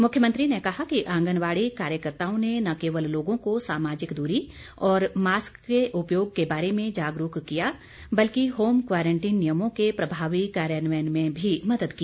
मुख्यमंत्री ने कहा कि आंगनबाड़ी कार्यकर्ताओं ने न केवल लोगों को सामाजिक द्ररी और मास्क के उपयोग के बारे में जागरूक किया बल्कि होम क्वारंटीन नियमों के प्रभावी कार्यान्वयन में भी मदद की